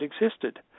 existed